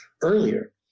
Earlier